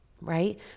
right